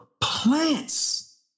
Plants